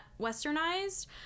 westernized